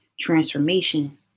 transformation